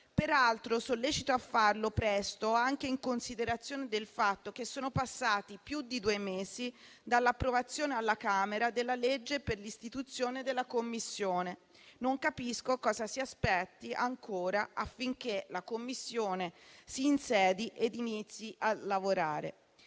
Peraltro sollecito a farlo presto, anche in considerazione del fatto che sono passati più di due mesi dall'approvazione alla Camera della legge per l'istituzione della Commissione. Non capisco cosa si aspetti ancora affinché la Commissione si insedi ed inizi a lavorare.